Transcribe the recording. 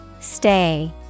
Stay